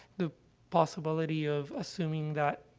the possibility of assuming that,